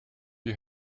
you